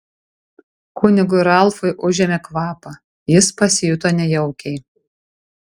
kunigui ralfui užėmė kvapą jis pasijuto nejaukiai